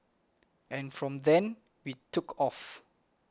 and from then we took off